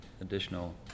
additional